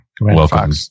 welcome